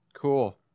cool